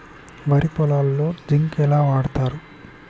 వరి పొలంలో జింక్ ఎట్లా వాడుతరు?